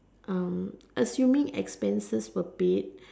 um assuming expenses were paid